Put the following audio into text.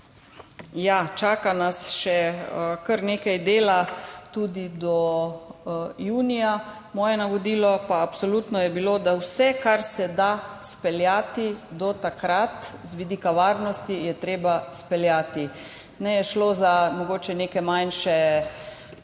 ja, čaka nas še kar nekaj dela tudi do junija. Moje navodilo pa je absolutno bilo, da je vse, kar se da izpeljati do takrat z vidika varnosti, treba izpeljati. Naj je šlo za mogoče neke manjše